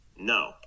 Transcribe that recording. no